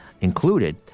included